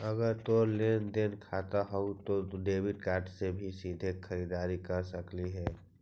अगर तोर लेन देन खाता हउ त तू डेबिट कार्ड से भी सीधे खरीददारी कर सकलहिं हे